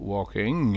Walking